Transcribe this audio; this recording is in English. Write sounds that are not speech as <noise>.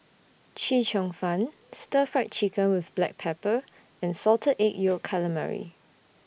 Chee Cheong Fun Stir Fried Chicken with Black Pepper and Salted Egg Yolk <noise> Calamari